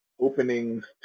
openings